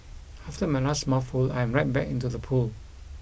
after my last mouthful I'm right back into the pool